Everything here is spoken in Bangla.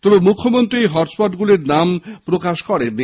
তবে মুখ্যমন্ত্রী এই হটস্পটগুলির নাম প্রকাশ করেননি